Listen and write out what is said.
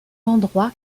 endroit